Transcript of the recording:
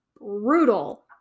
brutal